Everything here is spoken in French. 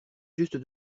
juste